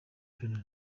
hills